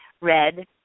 Red